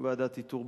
ועדת האיתור,